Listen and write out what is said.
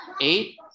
eight